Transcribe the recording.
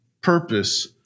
purpose